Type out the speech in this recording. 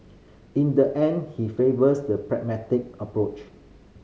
in the end he favours the pragmatic approach